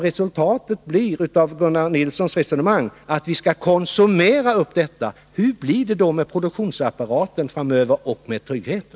Resultatet av Gunnar Nilssons resonemang blir att vi skall konsumera tillväxten. Men hur blir det då med produktionsapparaten och tryggheten?